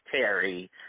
Terry